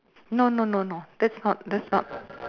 no no no no that's not that's not